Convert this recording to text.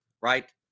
Right